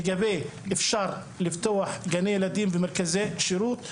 בנוגע לגני ילדים ולמרכזי שירות,